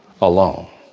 alone